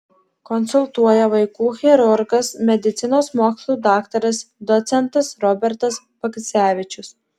konsultuoja vaikų chirurgas medicinos mokslų daktaras docentas robertas bagdzevičius